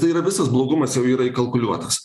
tai yra visas blogumas jau yra įkalkuliuotas